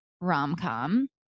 rom-com